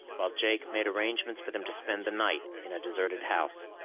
while jake made arrangements for them to spend the night in a deserted house.